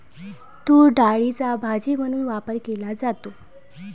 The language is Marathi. तूरडाळीचा भाजी म्हणून वापर केला जातो